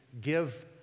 give